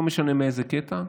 לא משנה מאיזה קטע,